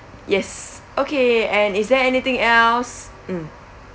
yes okay and is there anything else mm